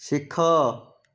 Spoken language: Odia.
ଶିଖ